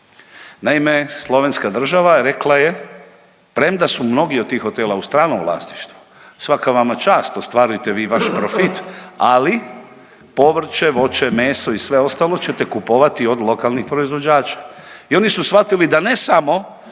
Naime, Slovenska država rekla je premda su mnogi od tih hotela u stranom vlasništvu, svaka vama čast ostvarujte vi vaš profit ali povrće, voće, meso i sve ostalo ćete kupovati od lokalnih proizvođača i oni su shvatili da ne samo